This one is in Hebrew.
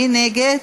מי נגד?